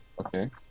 Okay